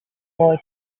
boy